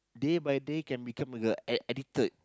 day by day can become uh ad~ addicted